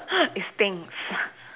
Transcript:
it stinks